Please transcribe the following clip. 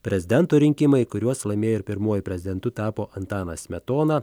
prezidento rinkimai kuriuos laimėjo ir pirmuoju prezidentu tapo antanas smetona